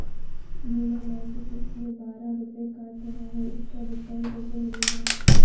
बीमा मासिक में बारह रुपय काट रहा है इसका भुगतान कैसे मिलेगा?